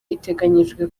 iteganyijwe